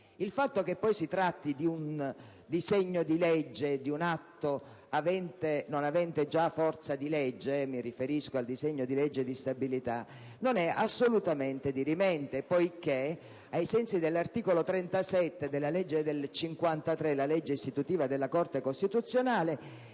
Il fatto poi che si tratti di un disegno di legge e di un atto non avente già forza di legge - mi riferisco al disegno di legge di stabilità - non è assolutamente dirimente poiché, ai sensi dell'articolo 37 della legge del 1953, istitutiva della Corte costituzionale,